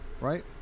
right